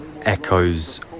echoes